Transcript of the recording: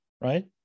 Right